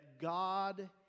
God